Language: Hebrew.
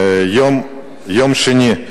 ביום שני,